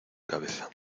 cabeza